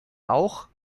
auch